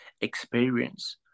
experience